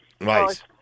right